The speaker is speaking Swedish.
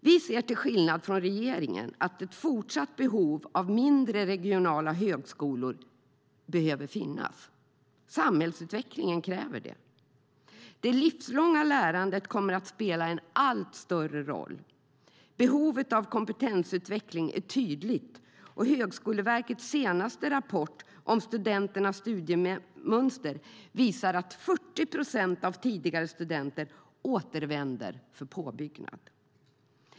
Vi ser till skillnad från regeringen ett fortsatt behov av mindre, regionala högskolor. Samhällsutvecklingen kräver det. Det livslånga lärandet kommer att spela en allt större roll. Behovet av kompetensutveckling är tydligt, och Högskoleverkets senaste rapport om studenternas studiemönster visar att 40 procent av tidigare studenter återvänder för påbyggnad.